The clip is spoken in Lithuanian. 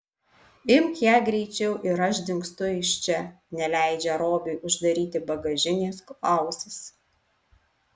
imk ją greičiau ir aš dingstu iš čia neleidžia robiui uždaryti bagažinės klausas